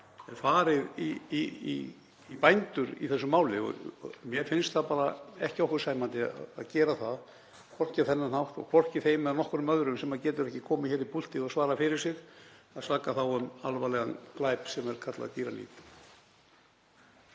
er farið í bændur í þessu máli. Mér finnst það bara ekki okkur sæmandi að gera það, hvorki á þennan hátt né að gera þeim það eða nokkrum öðrum sem ekki geta komið hingað í púltið og svarað fyrir sig, að saka þá um alvarlegan glæp sem er kallað dýraníð.